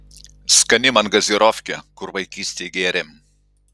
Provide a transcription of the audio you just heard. skani man gazirofkė kur vaikystėj gėrėm